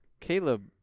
Caleb